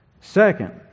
Second